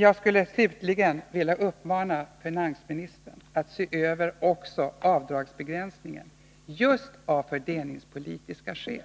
Jag vill uppmana finansministern att se över också avdragsbegränsningen, just av fördelningspolitiska skäl.